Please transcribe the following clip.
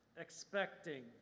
expecting